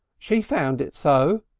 she found it so,